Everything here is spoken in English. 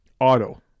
Auto